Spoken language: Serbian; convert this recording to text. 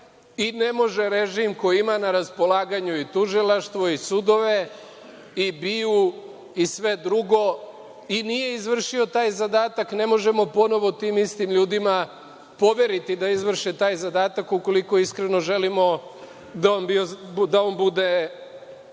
i ne može režim koji ima na raspolaganju i tužilaštvo u sudove i BIA i sve drugo i nije izvršio taj zadatak, ne možemo ponovo tim istim ljudima poveriti da izvrše taj zadatak ukoliko iskreno želimo da on bude